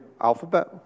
alphabet